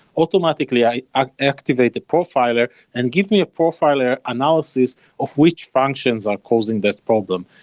automatically i ah activate the profiler and give me a profiler analysis of which functions are causing this problem.